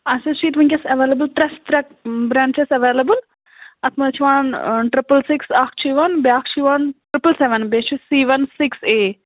اَسہِ حظ چھِ ییٚتہِ وٕنکیس اٮ۪وٮ۪لیبل ترے ترے برینڈ چھِ اَسہِ اٮ۪ویلیبل اَتھ منٛز چھُ یِوان ٹرِپل سِکِس اکھ چھُ یِوان بیاکھ چھُ یِوان ٹرِپل سٮ۪وَن بیٚیہِ چھُ سی وَن سِکِس اے